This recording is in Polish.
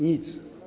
Nic.